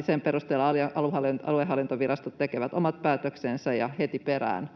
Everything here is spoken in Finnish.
sen perusteella aluehallintovirastot tekevät omat päätöksensä ja heti perään